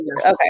Okay